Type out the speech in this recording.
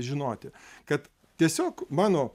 žinoti kad tiesiog mano